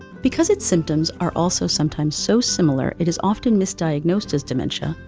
because its symptoms are also sometimes so similar it is often misdiagnosed as dementia,